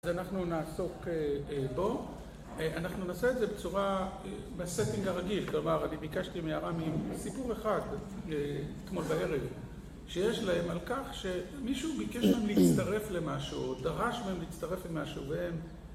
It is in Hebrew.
אז אנחנו נעסוק בו, אנחנו נעשה את זה בצורה, בסטינג הרגיל כלומר, אני ביקשתי מהרמים סיפור אחד, כמו בערב שיש להם על כך שמישהו ביקש להם להצטרף למשהו, או דרש מהם להצטרף למשהו והם...